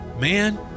man